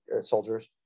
soldiers